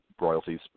royalties